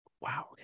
Wow